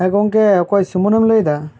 ᱦᱮᱸ ᱜᱚᱢᱠᱮ ᱚᱠᱚᱭ ᱥᱩᱢᱟᱹᱱ ᱮᱢ ᱞᱟᱹᱭ ᱮᱫᱟ